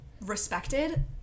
respected